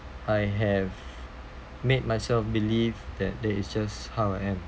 I have made myself believe that that is just how I am